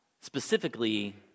specifically